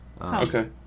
Okay